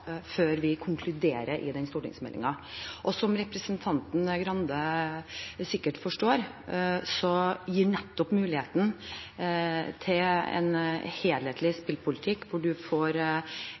før vi konkluderer i den stortingsmeldingen. Og som representanten Grande sikkert forstår, så gir det nettopp muligheten til en helhetlig spillpolitikk, hvor en får